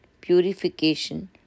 purification